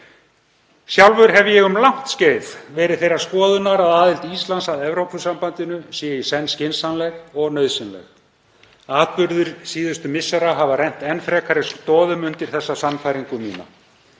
Sjálfur hef ég um langt skeið verið þeirrar skoðunar að aðild Íslands að Evrópusambandinu sé í senn skynsamleg og nauðsynleg. Atburðir síðustu missera hafa rennt enn frekari stoðum undir þessa sannfæringu mína.